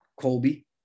Colby